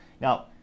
Now